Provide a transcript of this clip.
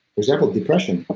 example, depression. a